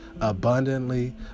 abundantly